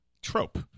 trope